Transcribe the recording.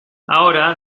ahora